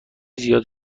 زیاد